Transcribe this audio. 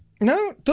No